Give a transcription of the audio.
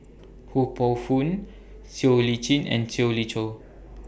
Ho Poh Fun Siow Lee Chin and Siew Lee Choh